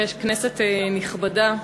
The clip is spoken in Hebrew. כנסת נכבדה,